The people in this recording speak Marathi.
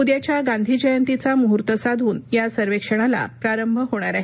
उद्याच्या गांधी जयंतीचा मुहूर्त साधून या सर्वेक्षणाला प्रारंभ होणार आहे